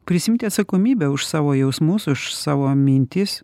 prisiimti atsakomybę už savo jausmus už savo mintis